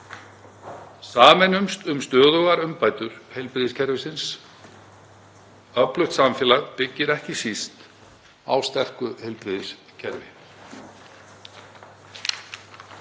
Sameinumst um stöðugar umbætur heilbrigðiskerfisins. Öflugt samfélag byggir ekki síst á sterku heilbrigðiskerfi.